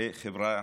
חבריא,